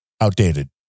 outdated